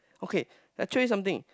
okay I trace something